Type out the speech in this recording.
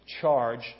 charge